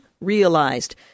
Realized